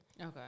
Okay